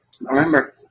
remember